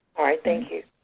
all right, thank you.